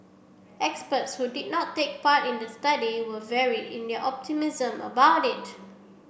experts who did not take part in the study were varied in their optimism about it